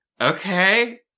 okay